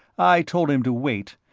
i told him to wait,